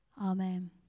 Amen